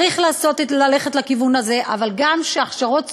צריך ללכת בכיוון הזה, אבל גם שהכשרות צבאיות,